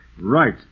Right